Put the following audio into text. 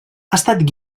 estat